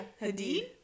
Hadid